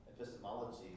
epistemology